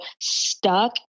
stuck